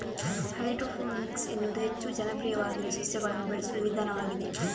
hydroponics ಎನ್ನುವುದು ಹೆಚ್ಚು ಜನಪ್ರಿಯವಾಗಿರುವ ಸಸ್ಯಗಳನ್ನು ಬೆಳೆಸುವ ವಿಧಾನವಾಗಿದೆ